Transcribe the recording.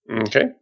Okay